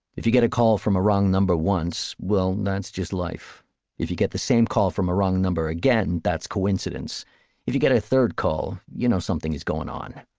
if you get a call from a wrong number once, well that's just life if you get the same call from a wrong number again, that's coincidence if you get a third call you know something is going on.